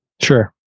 Sure